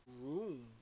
room